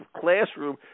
classroom